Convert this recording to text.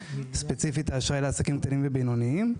וספציפית באשראי לעסקים קטנים ובינוניים.